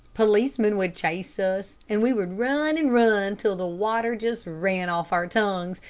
policeman would chase us, and we would run and run till the water just ran off our tongues,